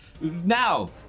now